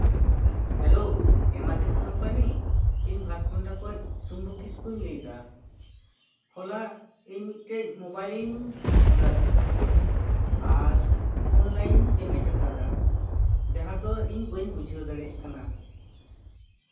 hello Amazon company ᱤᱧ ᱵᱷᱟᱴᱜᱷᱚᱱᱴᱟ ᱠᱷᱚᱱ ᱥᱚᱢᱵᱷᱩ ᱠᱤᱥᱠᱩᱧ ᱞᱟᱹᱭ ᱮᱫᱟ ᱦᱚᱞᱟ ᱤᱧ ᱢᱤᱫᱴᱮᱱ ᱢᱳᱵᱟᱭᱤᱞᱤᱧ ᱚᱰᱟᱨ ᱞᱮᱫᱟ ᱟᱨ ᱚᱱᱞᱟᱭᱤᱱ ᱯᱮᱢᱮᱱᱴ ᱟᱠᱟᱫᱟ ᱡᱟᱦᱟᱸᱫᱚ ᱤᱧ ᱵᱟᱹᱧ ᱵᱩᱡᱷᱟᱹᱣ ᱫᱟᱲᱮᱭᱟᱜ ᱠᱟᱱᱟ